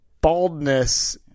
baldness